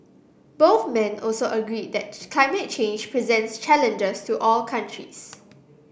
both men also agreed that climate change presents challenges to all countries